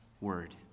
word